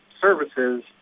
services